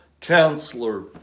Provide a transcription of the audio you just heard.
Counselor